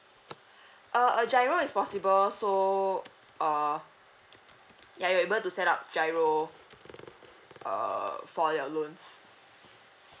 uh a GIRO is possible so uh ya you are able to set up GIRO uh for your loans